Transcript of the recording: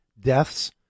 deaths